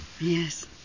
Yes